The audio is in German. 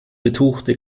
betuchte